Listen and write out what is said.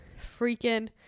freaking